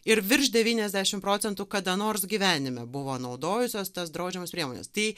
ir virš devyniasdešim procentų kada nors gyvenime buvo naudojusios tas draudžiamas priemones tai